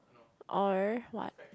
or what